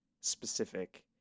specific